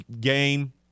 game